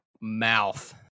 mouth